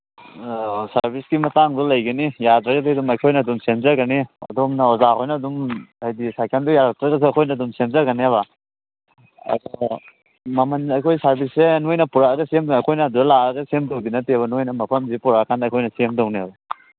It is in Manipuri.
ꯑꯥ ꯁꯔꯚꯤꯁꯀꯤ ꯃꯇꯥꯡꯗ ꯂꯩꯒꯅꯤ ꯌꯥꯗ꯭ꯔꯒꯗꯤ ꯑꯗꯨꯝ ꯑꯩꯈꯣꯏꯅ ꯑꯗꯨꯝ ꯁꯦꯝꯖꯒꯅꯤ ꯑꯗꯣꯝꯅ ꯑꯣꯖꯥ ꯍꯣꯏꯅ ꯑꯗꯨꯝ ꯍꯥꯏꯗꯤ ꯁꯥꯏꯀꯟꯗ ꯌꯥꯔꯛꯇ꯭ꯔꯒꯁꯨ ꯑꯩꯈꯣꯏꯅ ꯑꯗꯨꯝ ꯁꯦꯝꯖꯒꯅꯦꯕ ꯑꯗꯣ ꯃꯃꯟ ꯑꯩꯈꯣꯏ ꯁꯥꯔꯚꯤꯁꯁꯦ ꯅꯣꯏ ꯄꯣꯔꯛꯑꯒ ꯁꯦꯝꯅꯤ ꯑꯩꯈꯣꯏꯗ ꯑꯗ ꯂꯥꯛꯑꯒ ꯁꯦꯝꯗꯧꯗꯤ ꯅꯠꯇꯦꯕ ꯅꯣꯏꯅ ꯃꯐꯝꯁꯤꯗ ꯄꯣꯔꯛꯑꯀꯥꯟꯗ ꯑꯩꯈꯣꯏꯅ ꯁꯦꯝꯗꯧꯅꯦꯕ